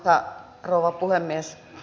ja rouva puhemies